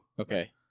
Okay